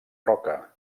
roca